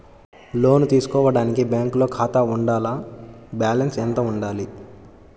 లోను తీసుకోవడానికి బ్యాంకులో ఖాతా ఉండాల? బాలన్స్ ఎంత వుండాలి?